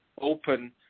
open